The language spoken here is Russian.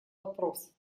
вопрос